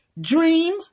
Dream